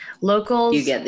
locals